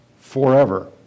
forever